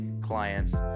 clients